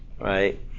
right